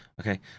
Okay